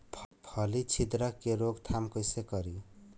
फली छिद्रक के रोकथाम कईसे करी?